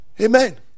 Amen